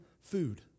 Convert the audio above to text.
food